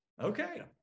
Okay